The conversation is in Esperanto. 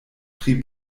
pri